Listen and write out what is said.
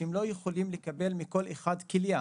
שהם לא יכולים לקבל מכל אחד כליה,